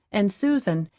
and susan,